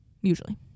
usually